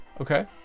okay